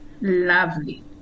Lovely